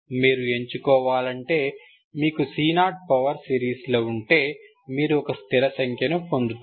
మీరు ఎంచుకోవాలనుకుంటే మీకు C0 పవర్ సిరీస్లో ఉంటే మీరు ఒక స్థిర సంఖ్యను పొందుతారు